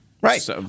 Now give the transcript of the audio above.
Right